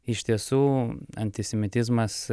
iš tiesų antisemitizmas